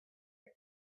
her